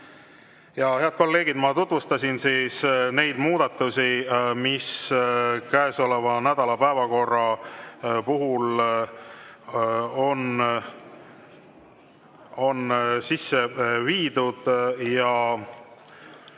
Head kolleegid, ma tutvustasin neid muudatusi, mis käesoleva nädala päevakorra puhul on sisse viidud.